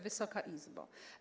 Wysoka Izbo!